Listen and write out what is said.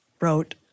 wrote